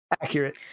Accurate